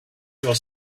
your